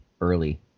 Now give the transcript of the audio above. early